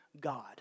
God